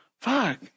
fuck